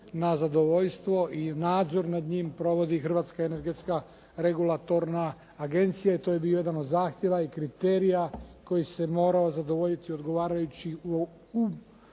na zadovoljstvo i nadzor nad njim provodi Hrvatska energetska regulatorna agencija i to je bio jedan od zahtjeva i kriterija koji se morao zadovoljiti u dijelu odgovarajućih